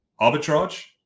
arbitrage